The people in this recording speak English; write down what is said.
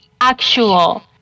actual